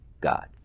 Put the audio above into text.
God